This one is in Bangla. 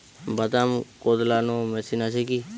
বাদাম কদলানো মেশিন আছেকি?